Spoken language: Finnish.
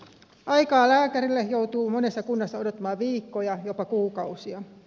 aikaa lääkärille joutuu monessa kunnassa odottamaan viikkoja jopa kuukausia